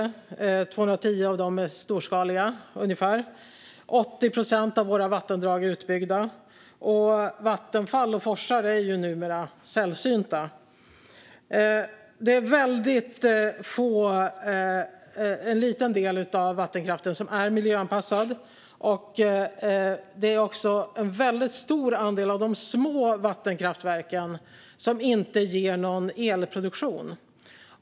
Ungefär 210 av dem är storskaliga. 80 procent av våra vattendrag är utbyggda, och vattenfall och forsar är numera sällsynta. Det är en väldigt liten del av vattenkraften som är miljöanpassad. Det är också en väldigt stor andel av de små vattenkraftverken som inte ger någon elproduktion.